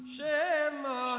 Shema